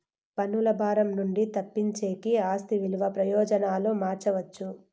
పన్నుల భారం నుండి తప్పించేకి ఆస్తి విలువ ప్రయోజనాలు మార్చవచ్చు